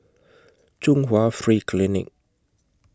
Chung Hwa Free Clinic